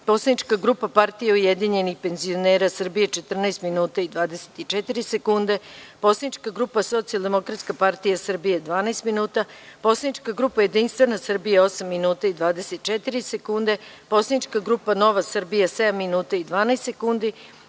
Poslanička grupa Partija ujedinjenih penzionera Srbije (PUPS) – 14 minuta i 24 sekunde; Poslanička grupa Socijaldemokratska partija Srbije – 12 minuta; Poslanička grupa Jedinstvena Srbija – 8 minuta i 24 sekunde; Poslanička grupa Nova Srbija – 7 minuta i 12 sekundi;